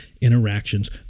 interactions